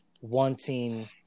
wanting